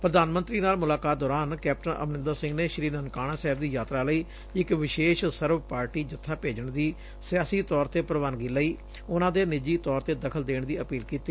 ਪ੍ਰਧਾਨ ਮੰਤਰੀ ਨਾਲ ਮੁਲਾਕਾਤ ਦੌਰਾਨ ਕੈਪਟਨ ਅਮਰੰਦਰ ਸਿੰਘ ਨੇ ਸ੍ਰੀ ਨਨਕਾਣਾ ਸਾਹਿਬ ਦੀ ਯਾਤਰਾ ਲਈ ਇਕ ਵਿਸ਼ੇਸ਼ ਸਰਬ ਪਾਰਟੀ ਜੱਬਾ ਭੇਜਣ ਦੀ ਸਿਆਸੀ ਤੌਰ ਤੇ ਪ੍ਰਵਾਨਗੀ ਲਈ ਉਨੂਾਂ ਦੇ ਨਿੱਜੀ ਤੌਰ ਤੇ ਦਖਲ ਦੇਣ ਦੀ ਅਪੀਲ ਕੀਤੀ